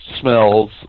smells